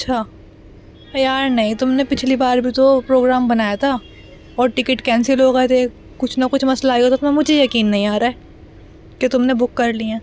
اچھا یار نہیں تم نے پچھلی بار بھی تو پروگرام بنایا تھا اور ٹکٹ کینسل ہو گئے تھے کچھ نہ کچھ مسئلہ آئےے ہو تو تکنا مجھے یقین نہیں آ رہا ہے کہ تم نے بک کر لی ہیں